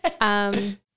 Um-